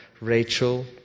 Rachel